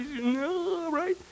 Right